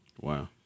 Wow